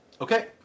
Okay